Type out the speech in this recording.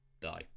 die